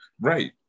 Right